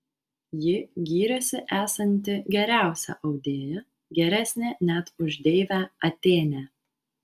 ji gyrėsi esanti geriausia audėja geresnė net už deivę atėnę